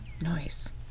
noise